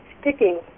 sticking